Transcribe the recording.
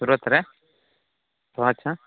ସୁରତରେ ଓ ଆଛା